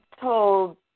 told